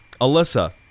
Alyssa